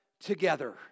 together